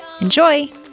Enjoy